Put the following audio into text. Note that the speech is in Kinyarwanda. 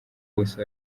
bose